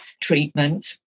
treatment